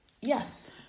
yes